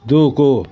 దూకు